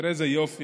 תראה איזה יופי,